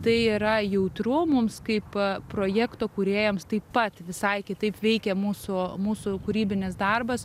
tai yra jautru mums kaip projekto kūrėjams taip pat visai kitaip veikia mūsų mūsų kūrybinis darbas